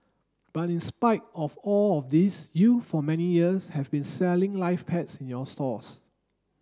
but in spite of all of this you for many years have been selling live pets in your stores